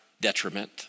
detriment